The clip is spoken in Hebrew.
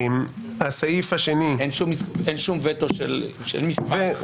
אין שום וטו של מספר?